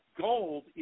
gold –